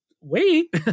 wait